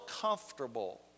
comfortable